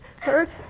hurt